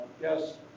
yes